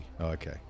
Okay